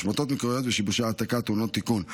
השמטות מקריות ושיבושי העתקה הטעונות תיקון,